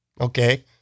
Okay